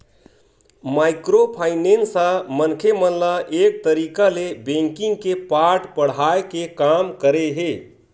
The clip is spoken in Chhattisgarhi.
माइक्रो फायनेंस ह मनखे मन ल एक तरिका ले बेंकिग के पाठ पड़हाय के काम करे हे